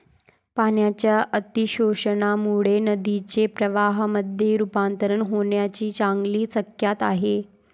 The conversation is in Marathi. पाण्याच्या अतिशोषणामुळे नदीचे प्रवाहामध्ये रुपांतर होण्याची चांगली शक्यता आहे